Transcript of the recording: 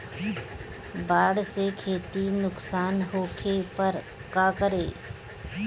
बाढ़ से खेती नुकसान होखे पर का करे?